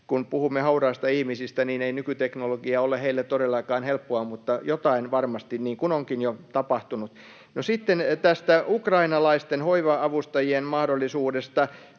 kun puhumme hauraista ihmisistä, niin ei nykyteknologia ole heille todellakaan helppoa, mutta jotain varmasti tapahtuu, niin kuin onkin jo tapahtunut. [Sari Sarkomaan välihuuto] No, sitten tästä ukrainalaisten hoiva-avustajien mahdollisuudesta.